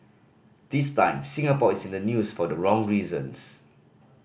this time Singapore is in the news for the wrong reasons